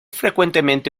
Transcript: frecuentemente